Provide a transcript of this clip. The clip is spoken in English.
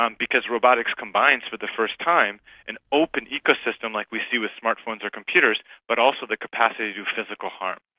um because robotics combines for the first time an open ecosystem like we see with smart phones or computers but also the capacity to do physical harm.